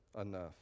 enough